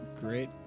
great